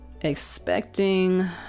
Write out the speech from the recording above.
Expecting